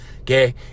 Okay